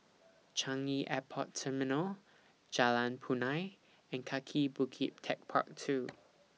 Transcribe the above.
Changi Airport Terminal Jalan Punai and Kaki Bukit Techpark two